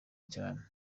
cyane